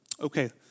Okay